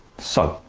so,